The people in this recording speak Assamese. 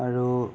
আৰু